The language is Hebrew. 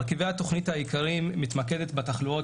מרכיבי התוכנית העיקריים מתמקדים בתחלואות